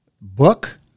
book